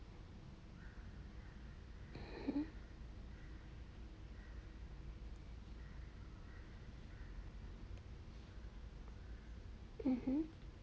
mmhmm mmhmm